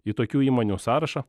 į tokių įmonių sąrašą